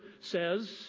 says